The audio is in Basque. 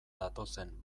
datozen